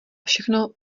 všechno